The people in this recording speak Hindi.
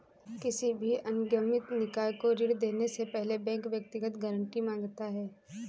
किसी भी अनिगमित निकाय को ऋण देने से पहले बैंक व्यक्तिगत गारंटी माँगता है